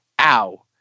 ow